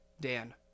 Dan